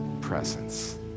presence